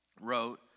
wrote